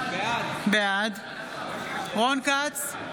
בעד רון כץ,